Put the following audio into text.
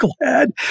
glad